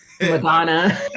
madonna